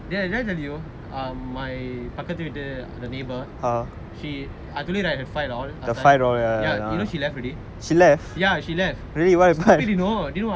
did I tell you um my பக்கத்துவீட்டு:pakkathuveetu the neighbour she I told you right the fight all last time ya you know she left already ya she left stupid you know do you know why